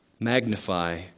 magnify